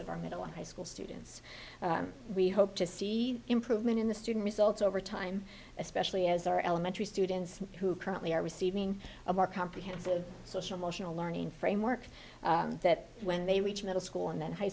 of our middle high school students we hope to see improvement in the student results over time especially as our elementary students who currently are receiving a more comprehensive social motional learning framework that when they reach middle school and then high